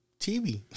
TV